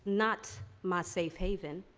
not my safe haven.